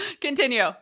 Continue